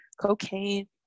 cocaine